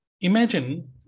imagine